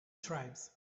tribes